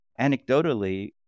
anecdotally